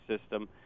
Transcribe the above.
system